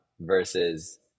versus